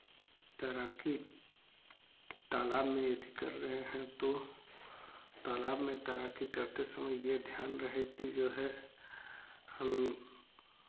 तैराकी तालाब में यदि कर रहे हैं तो तालाब में तैराकी करते समय ये ध्यान रहे कि जो है हम